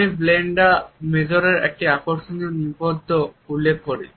আমি ব্রেন্ডা মেজরের একটি আকর্ষণীয় নিবন্ধ উল্লেখ করি